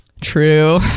True